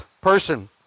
person